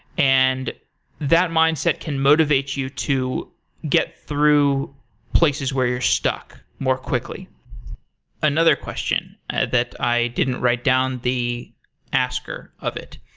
and that mindset can motivate you to get through places where you're stuck more quickly another question that i didn't write down the asker of it.